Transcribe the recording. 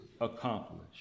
accomplished